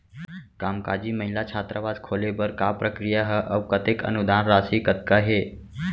कामकाजी महिला छात्रावास खोले बर का प्रक्रिया ह अऊ कतेक अनुदान राशि कतका हे?